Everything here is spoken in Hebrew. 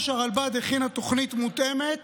הרלב"ד ממש הכינה תוכנית מותאמת,